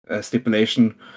stipulation